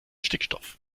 stickstoff